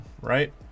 right